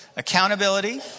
Accountability